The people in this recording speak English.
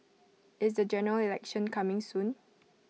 is the General Election coming soon